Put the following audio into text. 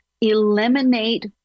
Eliminate